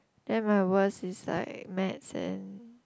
then my worse is like maths and